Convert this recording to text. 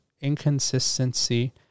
inconsistency